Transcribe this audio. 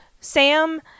Sam